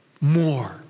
more